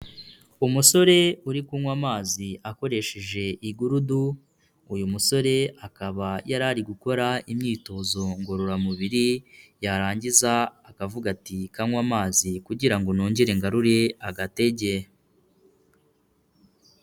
Umusore uri kunywa amazi akoresheje igurudu, uyu musore akaba yari ari gukora imyitozo ngororamubiri, yarangiza akavuga ati kanywe amazi kugira ngo nongere ngarure agatege.